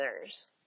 others